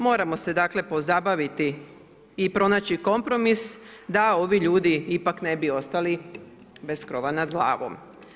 Moramo se pozabaviti i pronaći kompromis da ovi ljudi ipak ne bi ostali bez krova nad glavom.